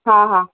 हा हा